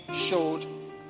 showed